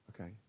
Okay